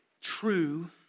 true